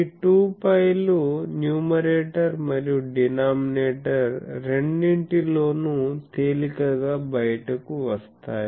ఈ 2π లు న్యూమరేటర్ మరియు డీనామినేటర్ రెండింటిలోనూ తేలికగా బయటకు వస్తాయి